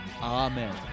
Amen